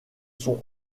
sont